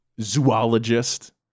zoologist